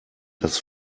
das